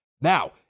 Now